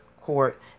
Court